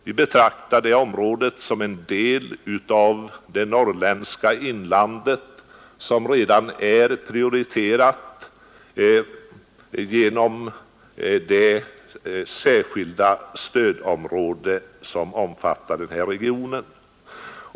Vi betraktar det området som en del av det norrländska inlandet som redan är prioriterat genom det särskilda stödområde som omfattar den regionen.